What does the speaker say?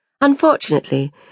Unfortunately